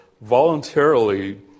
voluntarily